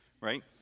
right